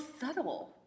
subtle